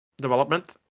development